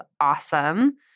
awesome